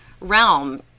realm